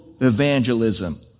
evangelism